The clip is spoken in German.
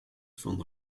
von